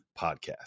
podcast